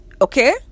Okay